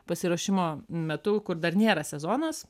pasiruošimo metu kur dar nėra sezonas